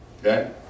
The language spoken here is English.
okay